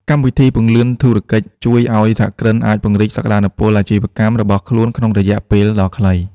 កម្មវិធីពន្លឿនធុរកិច្ចជួយឱ្យសហគ្រិនអាចពង្រីកសក្ដានុពលអាជីវកម្មរបស់ខ្លួនក្នុងរយៈពេលដ៏ខ្លី។